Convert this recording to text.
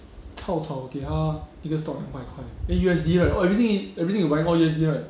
cao cao 给他一个 stock 两百块 eh U_S_D right !oi! everything in everything you buy all U_S_D right